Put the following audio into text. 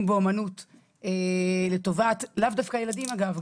באמנות לטובת לאו דווקא ילדים אגב,